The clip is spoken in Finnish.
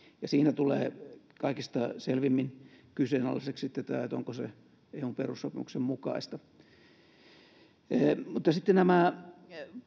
ja siinä tulee kaikista selvimmin kyseenalaiseksi tämä onko se ihan perussopimuksen mukaista mutta sitten nämä